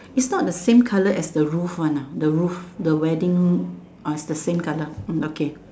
it's not the same colour as the roof one ah the roof the wedding ah is the same colour okay